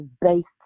based